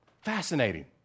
Fascinating